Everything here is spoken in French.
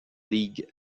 league